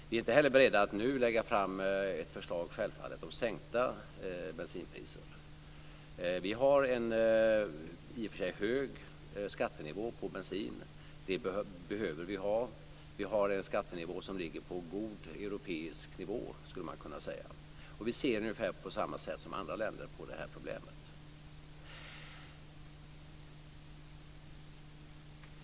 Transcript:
Vi är inte heller beredda att nu lägga fram ett förslag om sänkta bensinpriser. Vi har en i och för sig hög skattenivå på bensin, och det behöver vi ha. Vi har en skattenivå som ligger på god europeisk nivå, skulle man kunna säga. Vi ser ungefär på samma sätt som andra länder på det här problemet.